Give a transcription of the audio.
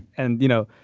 and, you know,